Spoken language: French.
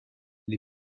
les